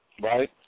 Right